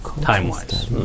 Time-wise